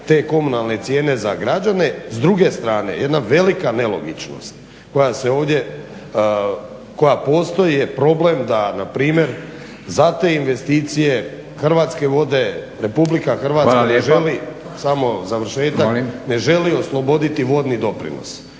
te komunalne cijene za građane. S druge strane jedna velika nelogičnost koja se ovdje, koja postoji je problem da npr. za te investicije Hrvatske vode, Republika Hrvatska ne želi, …/Upadica predsjednik: